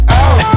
out